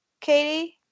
Katie